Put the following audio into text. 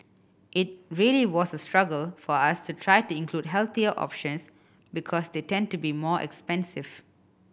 it really was a struggle for us to try to include healthier options because they tend to be more expensive